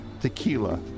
tequila